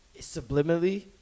subliminally